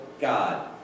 God